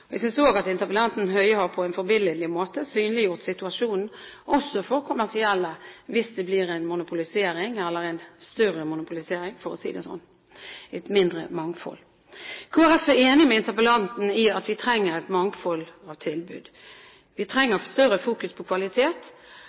Jeg synes interpellanten Høie på en forbilledlig måte har synliggjort situasjonen også for kommersielle, hvis det blir en større monopolisering, for å si det sånn, og et mindre mangfold. Kristelig Folkeparti er enig med interpellanten i at vi trenger et mangfold av tilbud, vi trenger større fokus på kvalitet